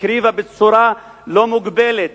הקריבה בצורה לא מוגבלת,